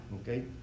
okay